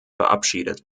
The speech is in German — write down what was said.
verabschiedet